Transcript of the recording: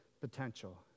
potential